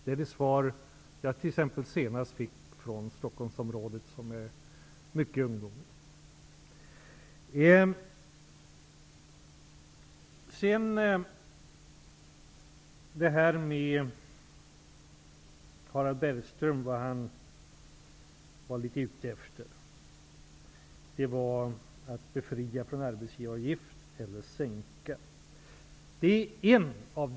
Det är det svar som jag t.ex. senast fick från Stockholmsområdet, som har mycket ungdomar. Harald Bergström var ute efter en befrielse från arbetsgivaravgiften eller en sänkning av densamma.